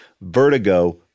Vertigo